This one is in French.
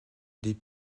des